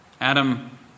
Adam